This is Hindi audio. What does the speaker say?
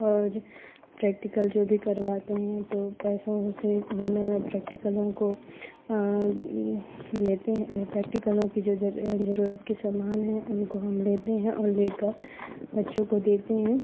और प्रैक्टिकल जो भी करवाते हैं तो पैसों से प्रैक्टिलों को लेते हैं प्रैक्टिलों की जो ज़रूरत की समान हैं उनको हम लेते हैं और लेकर बच्चों को देते हैं